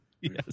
Yes